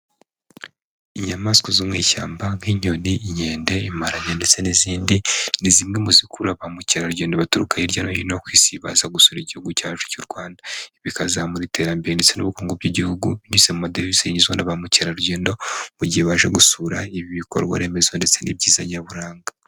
Inyamaswa zo mu ishyamba nk'inyoni, inkende, imparage ndetse n'izindi, ni zimwe mu zikurura ba mukeragendo baturuka hirya no hino ku isi, baza gusura igihugu cyacu cy'urwanda, bikazamura iterambere ndetse n'ubukungu bw'igihugu binyuze mu madevize yinjizwa na ba mukerarugendo mu gihe baje gusura ibi bikorwa remezo ndetse n'ibyiza nyaburanga.